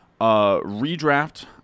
redraft